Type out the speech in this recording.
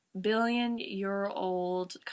billion-year-old